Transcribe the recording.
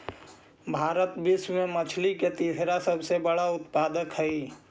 भारत विश्व में मछली के तीसरा सबसे बड़ा उत्पादक हई